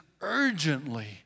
urgently